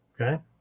Okay